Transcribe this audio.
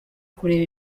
kureba